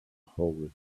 hole